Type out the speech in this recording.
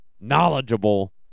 knowledgeable